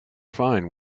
fine